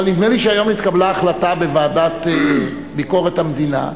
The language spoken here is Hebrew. אבל נדמה לי שהיום התקבלה החלטה בוועדה לביקורת המדינה,